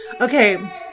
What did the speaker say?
Okay